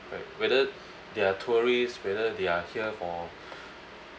right whether they are tourist whether they are here for